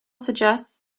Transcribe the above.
suggests